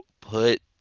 put